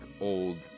old